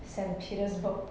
saint petersburg